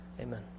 Amen